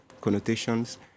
connotations